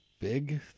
big